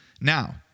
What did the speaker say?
Now